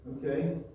okay